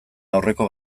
aurreko